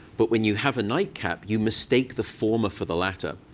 but when you have a nightcap, you mistake the former for the latter.